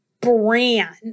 brand